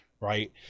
right